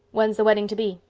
when's the wedding to be?